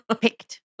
picked